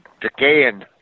Decaying